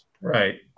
Right